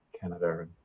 Canada